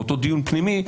באותו דיון פנימי,